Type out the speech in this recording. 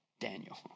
Daniel